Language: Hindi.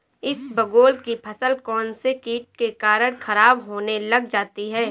इसबगोल की फसल कौनसे कीट के कारण खराब होने लग जाती है?